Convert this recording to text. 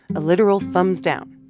a literal thumbs-down,